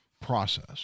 process